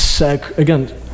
again